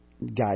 God